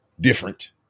different